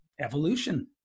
evolution